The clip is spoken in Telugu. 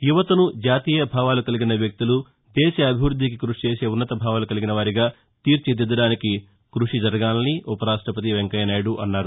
యువతను జాతీయ భావాలు కలిగిన వ్యక్తులు దేశాభివృద్దికి కృషి చేసే ఉన్నత భావాలు కలిగిన వారిగా తీర్చిదిద్దడానికి కృషి జరగాలని ఉపరాష్టపతి వెంకయ్యనాయుడు అన్నారు